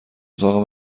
اتاق